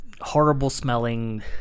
horrible-smelling